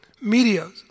media